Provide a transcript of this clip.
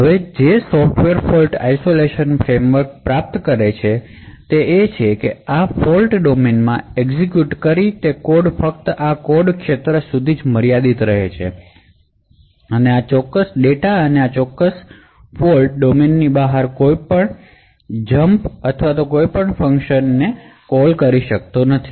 હવે જે software fault isolation framework પ્રાપ્ત કરે છે તે તે છે કે જે આ ફોલ્ટ ડોમેનમાં જે કોડ એક્ઝિક્યુટ કરે છે તે ફક્ત આ કોડ ક્ષેત્ર સુધી મર્યાદિત છે અને આ ડેટા અને આ ફોલ્ટ ડોમેનની બહારના કોઈપણ જમ્પ અથવા કોઈપણ ફંક્શન કોલને અટકાવવામાં આવશે